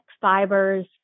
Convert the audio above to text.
fibers